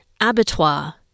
abattoir